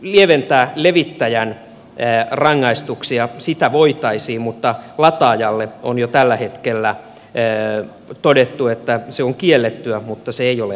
lieventää levittäjän rangaistuksia voitaisiin mutta lataajalle on jo tällä hetkellä todettu että se on kiellettyä mutta se ei ole rangaistavaa